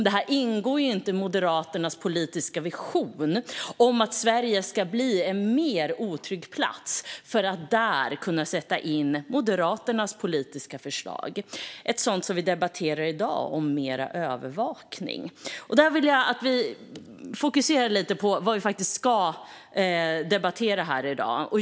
Det ingår inte i Moderaternas politiska vision om att Sverige ska bli en mer otrygg plats för att Moderaterna ska kunna sätta in sina politiska förslag. Förslaget om mer övervakning, som vi diskuterar i dag, är ett sådant. Jag vill att vi fokuserar lite på det vi faktiskt ska debattera här i dag.